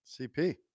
CP